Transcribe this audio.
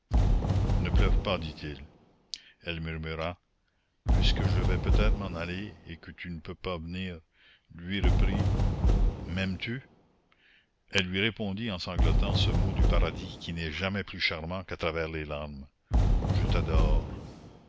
ne pleure pas dit-il elle murmura puisque je vais peut-être m'en aller et que tu ne peux pas venir lui reprit m'aimes-tu elle lui répondit en sanglotant ce mot du paradis qui n'est jamais plus charmant qu'à travers les larmes je t'adore